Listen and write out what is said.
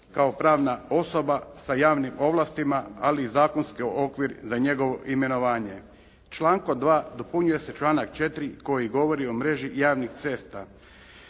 kao pravna osoba sa javnim ovlastima ali i zakonski okvir za njegovo imenovanje. Člankom 2. dopunjuje se članak 4. koji govori o mreži javnih cesta,